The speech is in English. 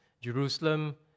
Jerusalem